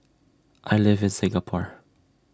I live in Singapore